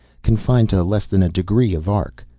confined to less than a degree of arc.